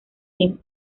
tim